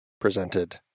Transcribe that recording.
presented